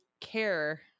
care